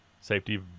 safety